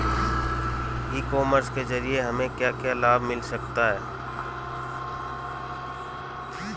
ई commerce के ज़रिए हमें क्या क्या लाभ मिल सकता है?